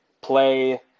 play